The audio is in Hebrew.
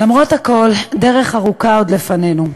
למרות הכול, דרך ארוכה עוד לפנינו.